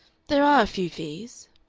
there are a few fees.